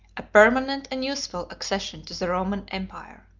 a permanent and useful accession to the roman empire.